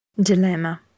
Dilemma